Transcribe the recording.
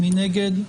מי נגד?